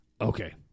Okay